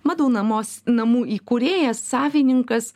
madų namos namų įkūrėjas savininkas